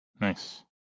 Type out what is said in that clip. Nice